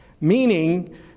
meaning